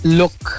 look